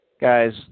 Guys